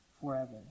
forever